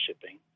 shipping